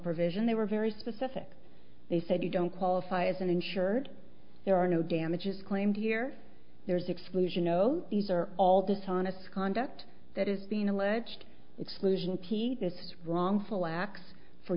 provision there were very specific they said you don't qualify as an insured there are no damages claimed here there's exclusion no these are all dishonest conduct that is being alleged exclusion pietists wrongful acts for